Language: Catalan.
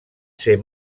ser